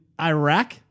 Iraq